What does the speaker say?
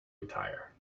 retire